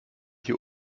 hier